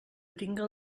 tinga